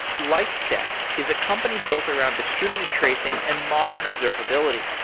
lightstep is a company built around distributed tracing and modern observability.